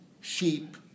sheep